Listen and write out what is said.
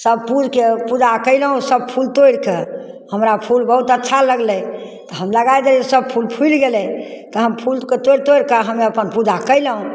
सब फूलके पूजा कएलहुँ सब फूल तोड़िके हमरा फूल बहुत अच्छा लगलै तऽ हम लगै देलिए सब फूल फुलै गेलै तऽ हम फूलके तोड़ि तोड़िके हमे अपन पूजा कएलहुँ